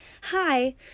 Hi